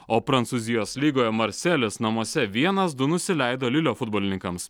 o prancūzijos lygoje marselis namuose vienas du nusileido lilio futbolininkams